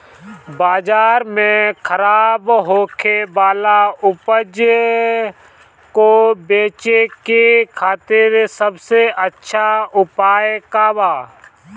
बाजार में खराब होखे वाला उपज को बेचे के खातिर सबसे अच्छा उपाय का बा?